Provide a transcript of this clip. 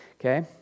okay